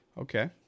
Okay